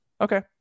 Okay